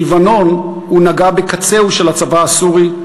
בלבנון הוא נגע בקצהו של הצבא הסורי,